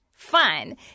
Fun